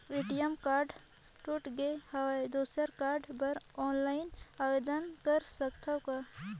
ATM card टूट गे हववं दुसर कारड बर ऑनलाइन आवेदन कर सकथव का?